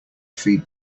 feed